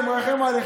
אני מרחם עליך,